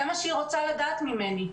זה מה שהיא רוצה לדעת ממני.